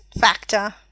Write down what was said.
factor